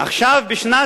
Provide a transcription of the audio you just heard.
ממי למדנו?